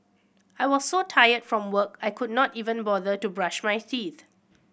I was so tired from work I could not even bother to brush my teeth